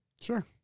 Sure